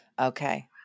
Okay